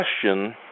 question